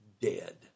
dead